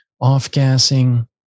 off-gassing